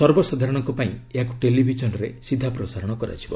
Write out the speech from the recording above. ସର୍ବସାଧାରଣଙ୍କ ପାଇଁ ଏହାକୁ ଟେଲିଭିଜନ୍ରେ ସିଧା ପ୍ରସାରଣ କରାଯିବ